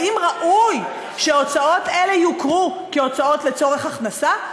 האם ראוי שהוצאות אלה יוכרו הוצאות לצורך הכנסה?